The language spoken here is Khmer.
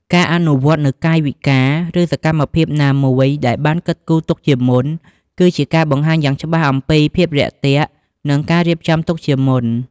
ការអនុវត្តនូវកាយវិការ ឬសកម្មភាពណាមួយដែលបានគិតគូរទុកជាមុន គឺជាការបង្ហាញយ៉ាងច្បាស់អំពី ភាពរាក់ទាក់ និងការរៀបចំទុកជាមុន។